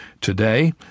today